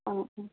অঁ অঁ